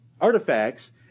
artifacts